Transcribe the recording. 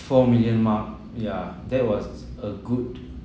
four million mark yeah that was a good